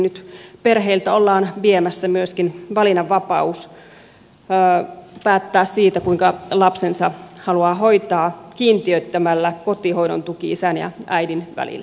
nyt perheiltä ollaan viemässä myöskin valinnanvapaus päättää siitä kuinka lapsensa haluaa hoitaa kiintiöittämällä kotihoidon tuki isän ja äidin välillä